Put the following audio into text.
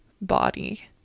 body